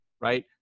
right